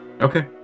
Okay